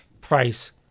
price